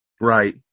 Right